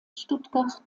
stuttgart